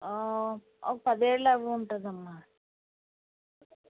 ఒక పది ఏళ్ళు అయ్యి ఉంటదమ్మా